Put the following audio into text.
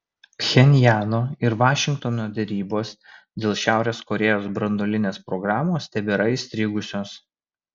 pchenjano ir vašingtono derybos dėl šiaurės korėjos branduolinės programos tebėra įstrigusios